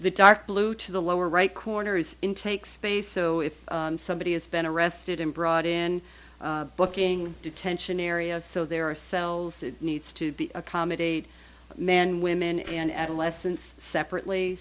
the dark blue to the lower right corner is intake space so if somebody has been arrested and brought in booking detention areas so there are cells it needs to be accommodate men women and adolescents separately